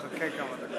נחכה כמה דקות.